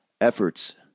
efforts